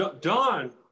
Don